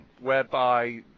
whereby